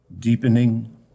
Deepening